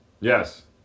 yes